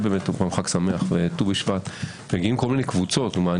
מגיעות קבוצות.